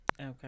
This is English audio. okay